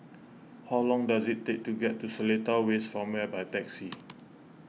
how long does it take to get to Seletar West Farmway by taxi